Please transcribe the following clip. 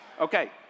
Okay